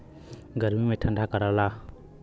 गर्मी मे ठंडा करला